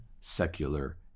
secular